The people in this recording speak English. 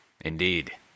Indeed